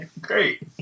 great